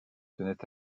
tenait